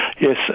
Yes